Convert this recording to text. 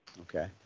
Okay